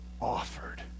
offered